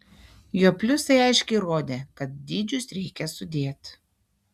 jo pliusai aiškiai rodė kad dydžius reikia sudėti